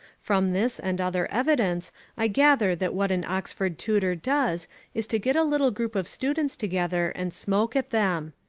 from this and other evidence i gather that what an oxford tutor does is to get a little group of students together and smoke at them.